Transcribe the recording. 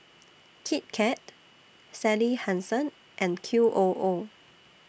Kit Kat Sally Hansen and Qoo